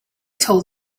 told